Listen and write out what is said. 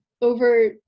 over